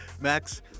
Max